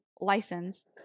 License